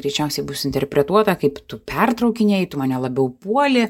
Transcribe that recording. greičiausiai bus interpretuota kaip tu pertraukinėji tu mane labiau puoli